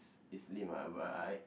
it's it's lame ah but I